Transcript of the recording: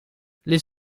les